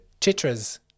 Chitra's